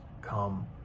come